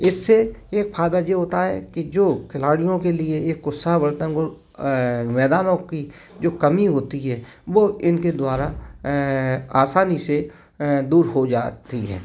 इससे एक फायदा ये होता है कि जो खिलाड़ियों के लिए एक उत्साह बढ़ता है उनको अ मैदानों की जो कमी होती है वो इनके द्वारा अ आसानी से अ दूर हो जाती है